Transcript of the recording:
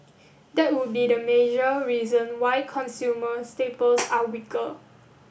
that would be the major reason why consumer staples are weaker